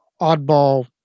oddball